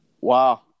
Wow